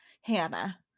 hannah